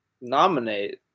nominate